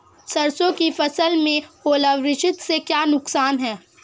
सरसों की फसल में ओलावृष्टि से क्या नुकसान है?